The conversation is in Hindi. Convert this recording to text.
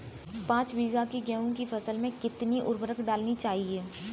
पाँच बीघा की गेहूँ की फसल में कितनी उर्वरक डालनी चाहिए?